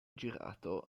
girato